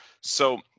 So-